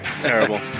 terrible